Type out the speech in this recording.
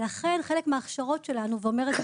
ולכן חלק מההכשרות שלנו ואומר את זה